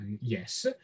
yes